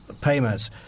payments